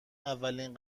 اولین